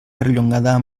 perllongada